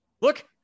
look